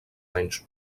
anys